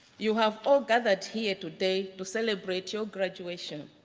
you have all gathered here today to celebrate your graduation.